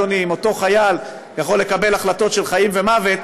אדוני: אם אותו חייל יכול לקבל החלטות של חיים ומוות,